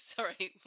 Sorry